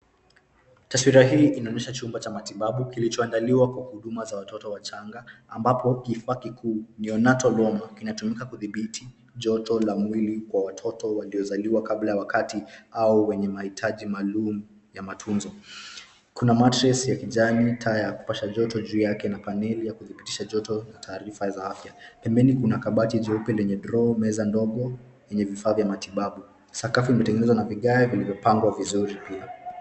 Taswira hii inaonesha chumba cha matibabu kilichoandaliwa kwa huduma za watoto wachanga ambapo kifaa kikuu New Natal Warmer kinatumika kudhibiti joto la mwili kwa watoto waliozaliwa kabla ya wakati au wenye mahitaji maalum ya matunzo. Kuna Mattress ya kijani, taa ya kupasha joto juu yake na paneli ya kudhibitisha joto na taarifa za afya. Pembeni kuna kabati jeupe lenye droo meza ndogo yenye vifaa vya matibabu. Sakafu imetengenezwa na vigae yaliyopangwa vizuri pia.